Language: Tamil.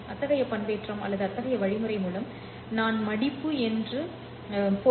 அத்தகைய பண்பேற்றம் அல்லது அத்தகைய வழிமுறை மூலம் நான் மடிப்பு என்று பொருள்